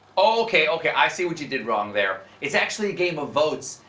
okay, okay, i see what you did wrong there. it's actually a game of votes,